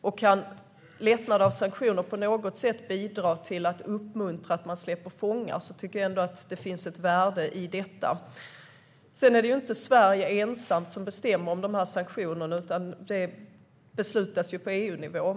Om lättnader av sanktioner på något sätt kan bidra till att uppmuntra att man släpper fångar tycker jag ändå att det finns ett värde i detta. Det är inte Sverige som ensamt bestämmer om dessa sanktioner, utan det beslutas på EU-nivå.